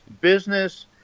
Business